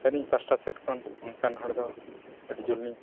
ᱟᱹᱞᱤᱧ ᱯᱟᱥᱴᱟ ᱥᱮᱡ ᱠᱷᱚᱱ ᱚᱱᱠᱟᱱ ᱦᱚᱲ ᱫᱚ ᱟᱹᱰᱤ ᱡᱳᱨ ᱞᱤᱧ